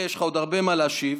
יש לך עוד הרבה מה להשיב,